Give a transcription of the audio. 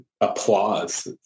applause